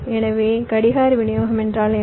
எனவே கடிகார விநியோகம் என்றால் என்ன